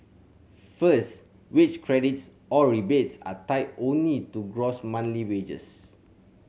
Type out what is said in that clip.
first wage credits or rebates are tied only to gross monthly wages